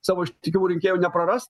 savo ištikimų rinkėjų nepraras